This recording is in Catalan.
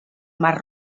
mar